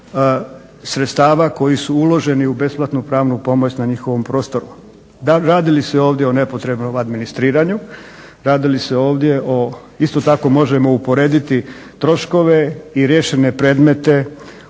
sredstava koji su uloženi u besplatnu pravnu pomoć na njihovom prostoru. Radi li se ovdje o nepotrebnom administriranju, radi li se ovdje o isto tako možemo uporediti troškove i riješene predmete